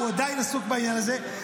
הוא עדיין עסוק בעניין הזה,